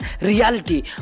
reality